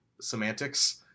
semantics